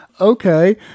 Okay